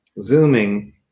Zooming